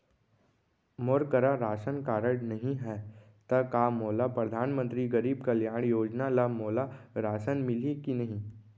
मोर करा ration card नहीं है त का मोल परधानमंतरी गरीब कल्याण योजना ल मोला राशन मिलही कि नहीं?